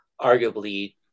arguably